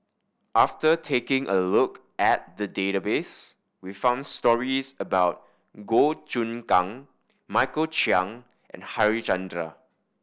after taking a look at the database we found stories about Goh Choon Kang Michael Chiang and Harichandra